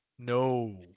No